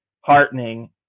heartening